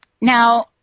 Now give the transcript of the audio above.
Now